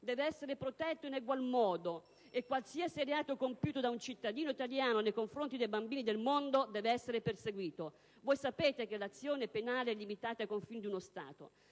deve essere protetto in ugual modo e qualsiasi reato compiuto da un cittadino italiano nei confronti dei bambini del mondo deve essere perseguito. Voi sapete che l'azione penale è limitata ai confini di uno Stato;